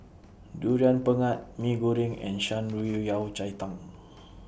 Durian Pengat Mee Goreng and Shan Rui Yao Cai Tang